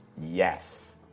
Yes